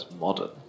modern